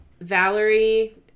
Valerie